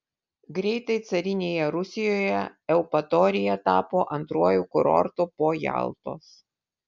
greitai carinėje rusijoje eupatorija tapo antruoju kurortu po jaltos